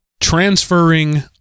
transferring